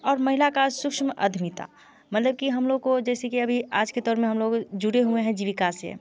और महिला का सुक्ष्म अध्मीता मतलब कि हम लोग को जैसे कि अभी आज के दौर में हम लोग जुड़े हुए हैं जीविका से